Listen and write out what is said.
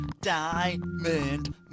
Diamond